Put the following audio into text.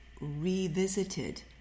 revisited